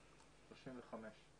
רן?